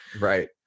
Right